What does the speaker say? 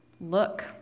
look